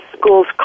school's